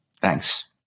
Thanks